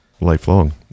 lifelong